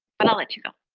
but i'll let you go.